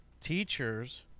teachers